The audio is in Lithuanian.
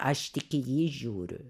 aš tik į jį žiūriu